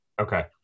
Okay